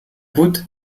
coûte